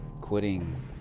quitting